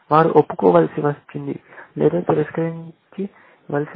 వారు ఒప్పుకోవలసి వచ్చింది లేదా తిరస్కరించ వలసి వచ్చింది కానీ సూత్రం ఒకటే